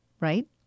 right